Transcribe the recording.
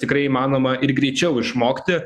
tikrai įmanoma ir greičiau išmokti